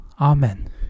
Amen